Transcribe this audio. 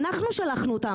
אנחנו שלחנו אותם,